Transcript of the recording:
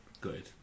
Good